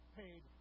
paid